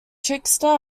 trickster